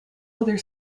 other